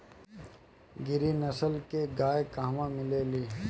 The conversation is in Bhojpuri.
गिरी नस्ल के गाय कहवा मिले लि?